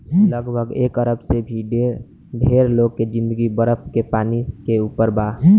लगभग एक अरब से भी ढेर लोग के जिंदगी बरफ के पानी के ऊपर बा